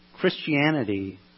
Christianity